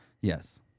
Yes